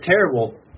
terrible